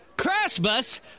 Christmas